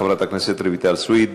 חברת הכנסת רויטל סויד.